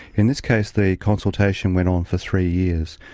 in this case the consultation went on for three years.